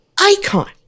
icon